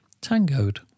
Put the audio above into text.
tangoed